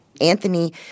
Anthony